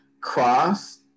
cross